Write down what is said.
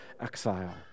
exile